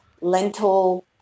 lentil